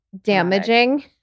damaging